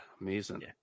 Amazing